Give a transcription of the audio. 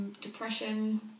Depression